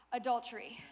adultery